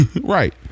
Right